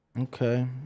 Okay